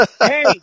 Hey